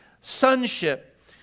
sonship